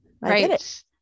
Right